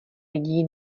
lidí